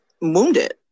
wounded